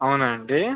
అవునా అండి